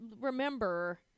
remember